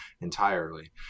entirely